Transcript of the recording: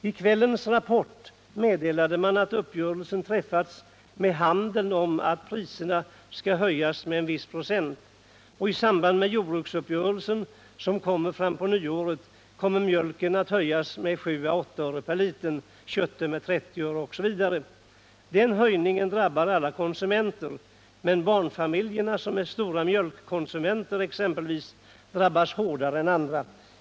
I kvällens Rapport meddelade man att uppgörelse träffats med handeln om att priserna skall höjas med en viss procent. I samband med jordbruksuppgörelsen, som kommer fram på nyåret, kommer mjölken att höjas med 7-8 öre per liter. Köttet höjs med 30 öre, osv. Denna höjning drabbar alla konsumenter, men barnfamiljerna, som är stora mjölkkonsumenter, drabbas hårdare än andra.